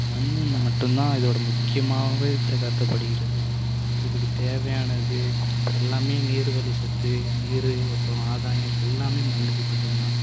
மண் மட்டுந்தான் இதோட முக்கியமாக கருதப்படுகிறது இதுக்கு தேவையானது எல்லாமே நீர்வழி சத்து நீர் அப்புறம் ஆதாயம் எல்லாமே மண்ணுக்கு மட்டுந்தான்